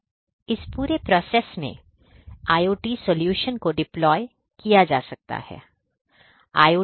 तो इस पूरे प्रोसेस में IoT सलूशन को डिप्लोय किया जा सकता है